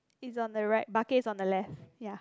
it's on the right bucket is on the left ya